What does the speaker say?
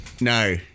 No